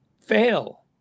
fail